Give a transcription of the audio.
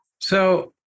So-